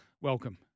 welcome